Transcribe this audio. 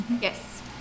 Yes